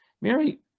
Mary